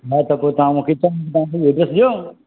हा त पो तव्हां मूं त तव्हांखे चयो